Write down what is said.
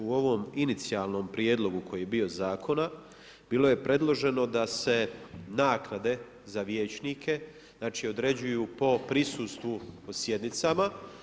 U ovom inicijalnom prijedlogu koji je bio zakona bilo je predloženo da se naknade za vijećnike, znači određuju po prisustvu po sjednicama.